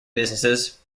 businesses